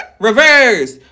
Reverse